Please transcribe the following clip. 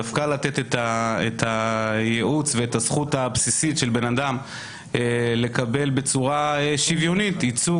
דווקא לתת את הייעוץ והזכות הבסיסית של אדם לקבל בצורה שוויונית ייצוג.